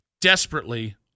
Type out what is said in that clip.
Desperately